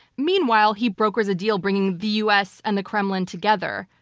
meanwhile, he brokers a deal bringing the us and the kremlin together,